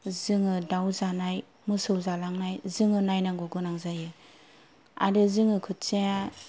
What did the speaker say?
जोङो दाव जानाय मोसौ जालांनाय जोङो नायनांगौ गोनां जायो आरो जोङो खोथियाया